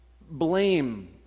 blame